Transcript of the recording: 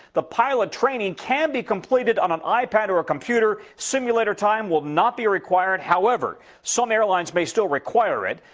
the pilot training can be completed on an ipad or a computer. simulator time will not be required. however, some airlines may still require it.